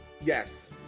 yes